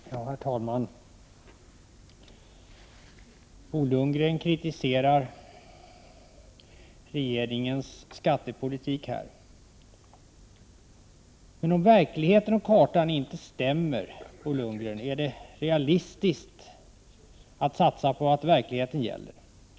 Herr talman! Bo Lundgren kritiserar regeringens skattepolitik. Men om verkligheten och kartan inte stämmer, Bo Lundgren, är det realistiskt att satsa på att verkligheten gäller.